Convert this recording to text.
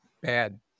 bad